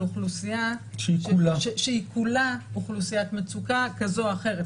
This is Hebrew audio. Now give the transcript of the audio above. אוכלוסייה שהיא כולה אוכלוסיית מצוקה כזו או אחרת,